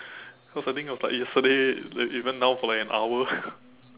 cause I think it was like yesterday like even now for like an hour